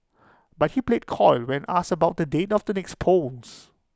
but he played coy when asked about the date of the next polls